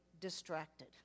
distracted